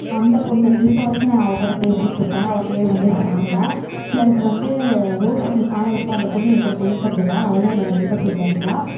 அந்த பொண்ணு இப்போது வரைக்கும் நான் அவள் கூட நான் பேசிகிட்டு இருப்பே இப்போ வந்து அவள் பேர் வந்து ஷாம்ளா பிளஸ் வந்து ரோஷிணி ஆனால் இப்போது அந்த பொண்ணு என் கூட பேசுவது இல்லை அவளும் என்னோட நெய்பெர்ஹுட்டில் இருந்தாள்